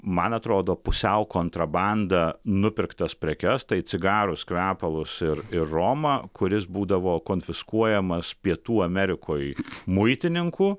man atrodo pusiau kontrabanda nupirktas prekes tai cigarus kvepalus ir ir romą kuris būdavo konfiskuojamas pietų amerikoj muitininkų